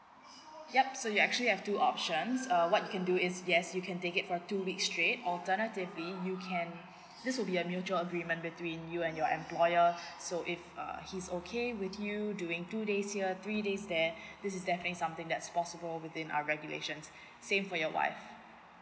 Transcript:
ya so you actually have two options err what you can do is yes you can take it for two weeks straight alternative you can this will be a mutual agreement between you and your employer so if uh he's okay with you doing two days year three days there this is definitely something that's possible within our regulations same for your wife